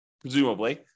presumably